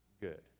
good